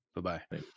Bye-bye